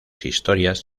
historias